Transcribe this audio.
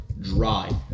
dry